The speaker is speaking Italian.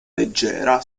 leggera